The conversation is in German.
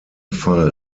fall